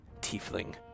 tiefling